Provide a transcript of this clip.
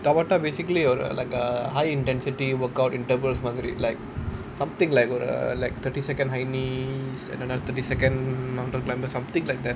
tabata basically or uh like a high intensity workout intervals மாதிரி:maathiri like something like got uh like thirty second high knees and another thirty second mountain climber something like that